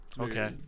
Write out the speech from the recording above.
Okay